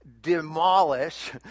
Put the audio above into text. demolish